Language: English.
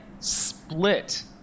Split